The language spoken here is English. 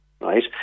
right